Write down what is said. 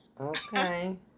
Okay